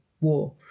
war